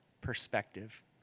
perspective